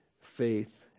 Faith